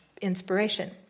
inspiration